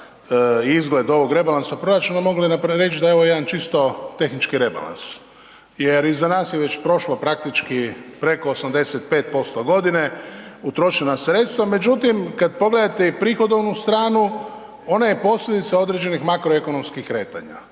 i izgled ovog rebalansa proračuna mogli reći da je ovo jedan čisto tehnički rebalans, jer iza nas je već prošlo praktički preko 85% godine, utrošena sredstva, međutim kad pogledate i prihodovnu stranu ona je posljedica određenih makroekonomskih kretanja.